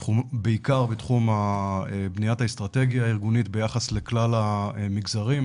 בעיקר בתחום בניית האסטרטגיה הארגונית ביחס לכלל המגזרים,